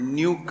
new